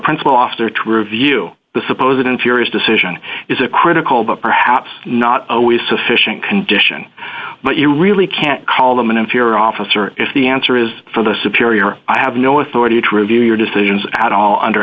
principal officer to review the suppose and furious decision is a critical but perhaps not always sufficient condition but you really can't call them an inferior officer if the answer is for the superior i have no authority to review your decisions at all under